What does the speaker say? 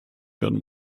werden